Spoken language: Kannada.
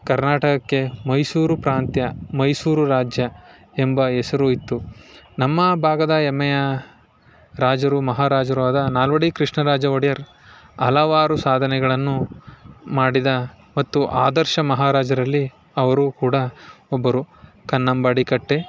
ಕರ್ನಾಟಕಕ್ಕೆ ಮೈಸೂರು ಪ್ರಾಂತ್ಯ ಮೈಸೂರು ರಾಜ್ಯ ಎಂಬ ಹೆಸರು ಇತ್ತು ನಮ್ಮ ಭಾಗದ ಹೆಮ್ಮೆಯ ರಾಜರು ಮಹಾರಾಜರು ಆದ ನಾಲ್ವಡಿ ಕೃಷ್ಣರಾಜ ಒಡೆಯರ್ ಹಲವಾರು ಸಾಧನೆಗಳನ್ನು ಮಾಡಿದ ಮತ್ತು ಆದರ್ಶ ಮಹಾರಾಜರಲ್ಲಿ ಅವರು ಕೂಡ ಒಬ್ಬರು ಕನ್ನಂಬಾಡಿ ಕಟ್ಟೆ